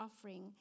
offering